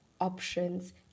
options